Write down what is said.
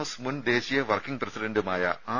S മുൻ ദേശീയ working പ്രസിഡന്റുമായ ആർ